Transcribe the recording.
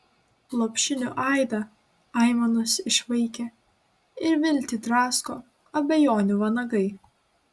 lopšinių aidą aimanos išvaikė ir viltį drasko abejonių vanagai